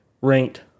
ranked